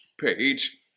page